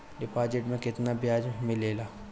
Deposit मे केतना बयाज मिलेला?